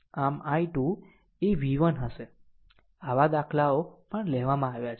આમ i2 એ v1 હશે આવા દાખલાઓ પણ લેવામાં આવ્યા છે